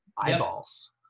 eyeballs